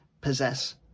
possess